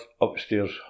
upstairs